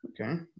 Okay